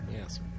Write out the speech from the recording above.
Yes